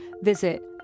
visit